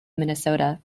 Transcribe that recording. minnesota